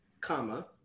comma